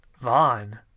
Vaughn